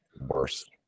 worse